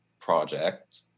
project